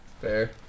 Fair